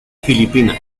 filipinas